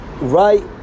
right